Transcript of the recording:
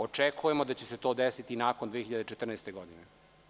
Očekujemo da će se to desiti nakon 2014. godine.